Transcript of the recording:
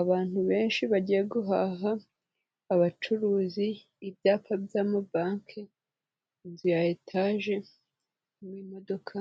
abantu benshi bagiye guhaha, abacuruzi, ibyapa by'amabanki, inzu ya etaje n'imodoka.